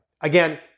Again